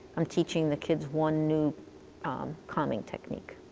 i'm teaching the kids one new calming technique.